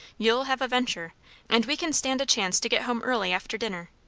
you'll have a ventur' and we can stand a chance to get home early after dinner.